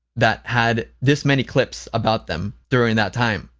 that had this many clips about them during that time.